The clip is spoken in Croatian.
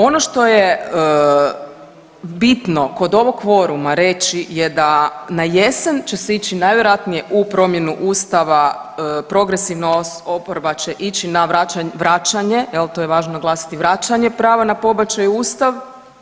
Ono što je bitno kod ovog kvoruma reći je da na jesen će se ići najvjerojatnije u promjenu Ustava progresivna oporba će ići na vraćanje jel to je važno naglasiti vraćanje prava na pobačaj u Ustav.